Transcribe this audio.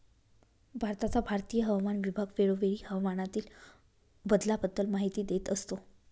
भारताचा भारतीय हवामान विभाग वेळोवेळी हवामानातील बदलाबद्दल माहिती देत असतो